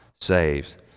saves